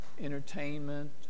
entertainment